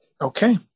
okay